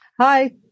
Hi